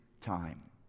time